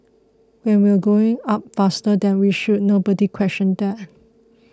when we were going up faster than we should nobody questioned that